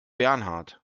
bernhard